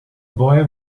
boy